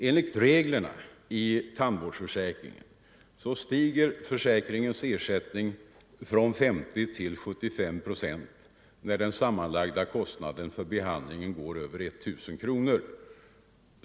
Enligt reglerna i tandvårdsförsäkringen stiger försäkringens ersättning från 50 till 75 procent när den sammanlagda kostnaden för behandlingen går över 1000 kronor.